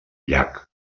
llac